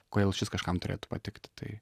kodėl šis kažkam turėtų patikti tai